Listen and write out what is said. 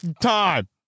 time